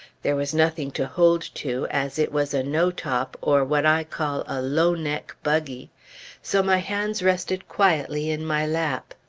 there was nothing to hold to, as it was a no-top, or what i call a low-neck, buggy so my hands rested quietly in my lap.